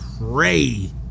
pray